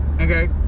Okay